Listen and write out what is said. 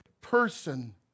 person